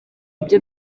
ibyo